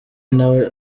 nawe